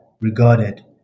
regarded